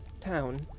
town